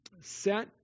set